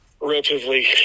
relatively